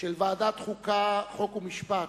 של ועדת החוקה, חוק ומשפט,